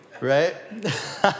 Right